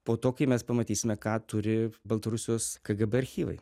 po to kai mes pamatysime ką turi baltarusijos kgb archyvai